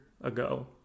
ago